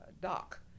dock